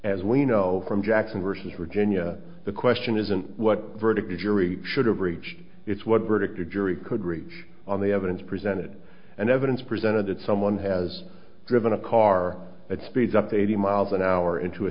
as we know from jackson versus virginia the question isn't what verdict the jury should have reached it's what verdict a jury could reach on the evidence presented and evidence presented it someone has driven a car at speeds up to eighty miles an hour into a